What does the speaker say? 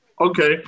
Okay